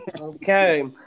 Okay